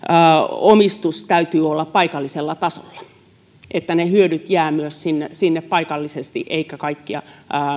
omistuksen täytyy olla paikallisella tasolla että myös ne hyödyt jäävät sinne paikallisesti eikä kaikkia